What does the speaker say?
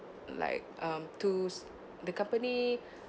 like um to the company